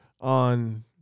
on